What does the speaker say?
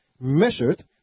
measured